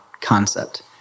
concept